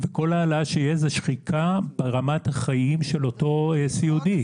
וכל העלאה שיש זה שחיקה ברמת החיים של אותו סיעודי.